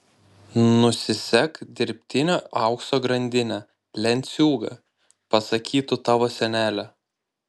nusisek dirbtinio aukso grandinę lenciūgą pasakytų tavo senelė